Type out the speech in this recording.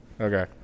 Okay